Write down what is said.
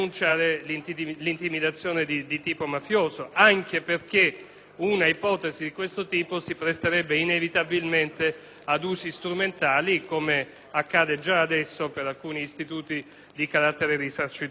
un'ipotesi di questo tipo si presterebbe inevitabilmente ad usi strumentali, come accade già adesso per alcuni istituti di carattere risarcitorio.